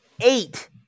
eight